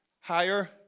higher